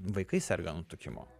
vaikai serga nutukimu